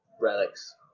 relics